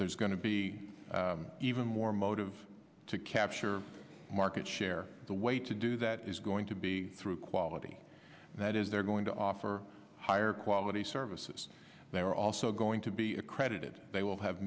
there's going to be even more motive to capture market share the way to do that is going to be through quality that is they're going to offer higher quality services they're also going to be accredited they will have